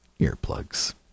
earplugs